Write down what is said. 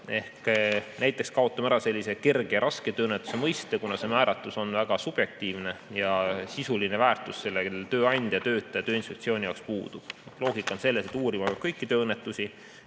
Näiteks kaotame ära kerge ja raske tööõnnetuse mõiste, kuna see määratlus on väga subjektiivne ja sisuline väärtus sellel tööandja, töötaja ja Tööinspektsiooni jaoks puudub. Loogika on selles, et uurima peab kõiki tööõnnetusi